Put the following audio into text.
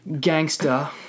gangster